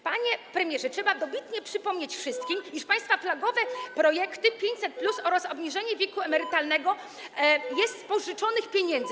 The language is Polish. Panie premierze, trzeba dobitnie przypomnieć wszystkim, iż państwa flagowe projekty - 500+ oraz obniżenie wieku emerytalnego - są z pożyczonych pieniędzy.